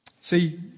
See